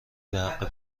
بحق